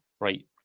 right